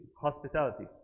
hospitality